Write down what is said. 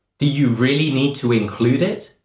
do you really need to include it?